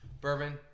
Bourbon